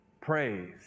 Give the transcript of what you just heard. praise